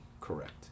correct